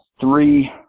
three